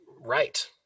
right